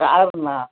காருண்ணா